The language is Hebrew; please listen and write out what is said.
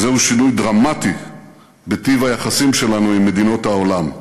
וזהו שינוי דרמטי בטיב היחסים שלנו עם מדינות העולם,